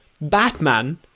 Batman